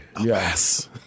Yes